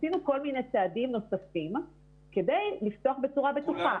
עשינו כל מיני צעדים נוספים כדי לפתוח בצורה בטוחה.